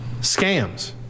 scams